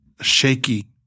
shaky